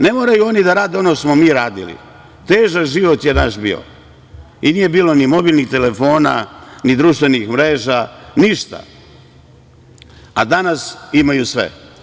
Ne moraju oni da rade ono što smo mi radili, težak život je naš bio i nije bilo ni mobilnih telefona, ni društvenih mreža, ništa, a danas imaju sve.